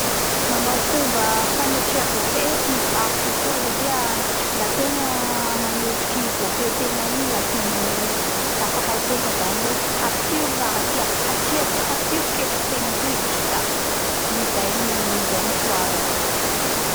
Manao fomba fagnetrea vofehiko n vofehiko ny tiako kokoa satria la ategna manetriky vofehitegna iny la tsy megnamegnatsy dafa haitegna zany hoe hatsiro raha tia hatsiro hatsia hatsiro ketriky tegna toy da izay gny izay gny isoavany